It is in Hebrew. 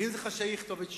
ואם זה חשאי, יכתוב את שמו?